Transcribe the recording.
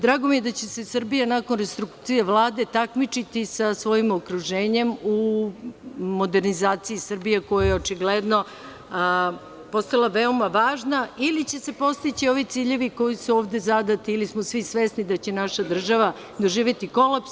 Drago mi je da će se Srbija nakon rekonstrukcije Vlade takmičiti sa svojim okruženjem u modernizaciji Srbije koja je očigledno postala veoma važna ili će se postići ovi ciljevi koji su ovde zadati ili smo svi svesni da će naša država doživeti kolaps.